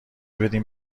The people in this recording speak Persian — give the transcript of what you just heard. بدین